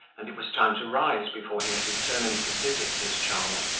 and it was time to rise before he had determined to visit his charmer,